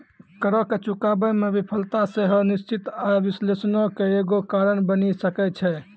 करो के चुकाबै मे विफलता सेहो निश्चित आय विश्लेषणो के एगो कारण बनि सकै छै